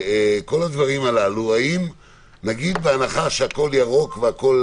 כל הדברים הללו, בהנחה שהכול ירוק והכול